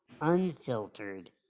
unfiltered